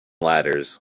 ladders